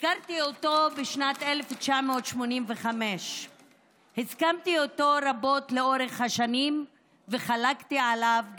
הכרתי אותו בשנת 1985. הסכמתי איתו רבות לאורך השנים וגם חלקתי עליו,